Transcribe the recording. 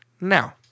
now